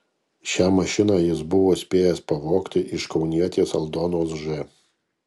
šią mašiną jis buvo spėjęs pavogti iš kaunietės aldonos ž